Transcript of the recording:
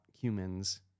humans